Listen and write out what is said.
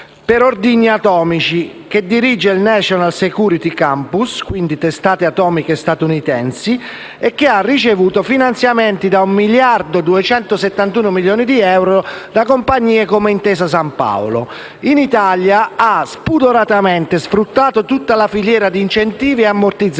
per ordigni atomici, che dirige il National Security Campus (quindi testate atomiche statunitensi) e ha ricevuto finanziamenti per un miliardo e 271 milioni di euro da compagnie come Intesa Sanpaolo. In Italia ha spudoratamente sfruttato tutta la filiera di incentivi e ammortizzatori,